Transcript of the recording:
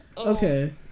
okay